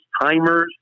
timers